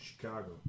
Chicago